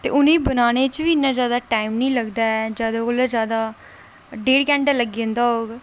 ते उ'नें बनाने च बी इन्ना जादा टैम निं लगदा ऐ जादै कोला जादा डेढ़ घैंटा लग्गी जंदा होग